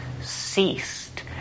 ceased